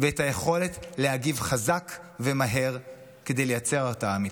ואת היכולת להגיב חזק ומהר כדי לייצר הרתעה אמיתית.